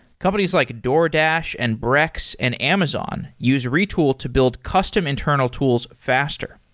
companies like a doordash, and brex, and amazon use retool to build custom internal tools faster.